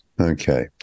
Okay